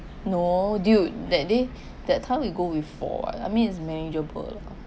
no dude that day that time we go with four what I mean it's manageable